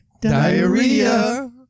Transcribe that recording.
Diarrhea